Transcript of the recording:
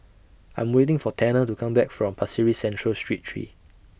I'm waiting For Tanner to Come Back from Pasir Ris Central Street three